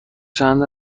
چند